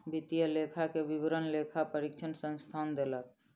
वित्तीय लेखा के विवरण लेखा परीक्षक संस्थान के देलक